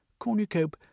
Cornucope